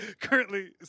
currently